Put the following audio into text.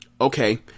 Okay